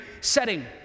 setting